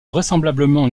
vraisemblablement